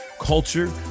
culture